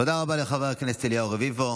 תודה רבה לחבר הכנסת אליהו רביבו.